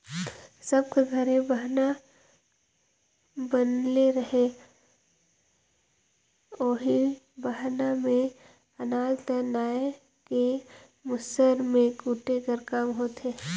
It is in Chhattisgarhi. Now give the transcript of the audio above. सब कर घरे बहना बनले रहें ओही बहना मे अनाज ल नाए के मूसर मे कूटे कर काम होए